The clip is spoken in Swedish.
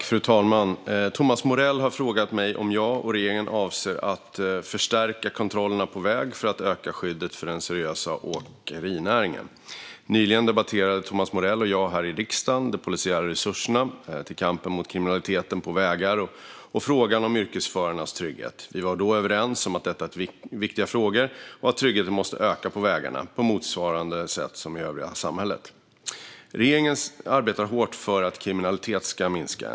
Fru talman! Thomas Morell har frågat mig om jag och regeringen avser att förstärka kontrollerna på väg för att öka skyddet för den seriösa åkerinäringen. Nyligen debatterade Thomas Morell och jag här i riksdagen de polisiära resurserna till kampen mot kriminaliteten på våra vägar och frågan om yrkesförarnas trygghet. Vi var då överens om att detta är viktiga frågor och att tryggheten måste öka på vägarna, på motsvarande sätt som i övriga samhället. Regeringen arbetar hårt för att kriminaliteten ska minska.